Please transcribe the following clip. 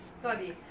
study